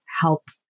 help